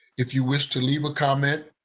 if you wish to leave a comment,